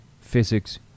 physics